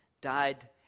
died